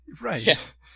Right